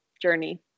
journey